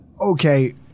okay